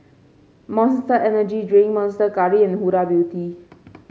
Monster Energy Drink Monster Curry and Huda Beauty